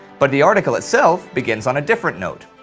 but the article itself begins on a different note.